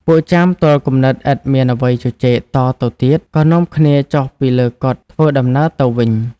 ពួកចាមទាល់គំនិតឥតមានអ្វីជជែកតទៅទៀត ក៏នាំគ្នាចុះពីលើកុដិធ្វើដំណើរទៅវិញ។